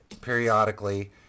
periodically